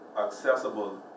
accessible